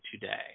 today